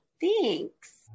thanks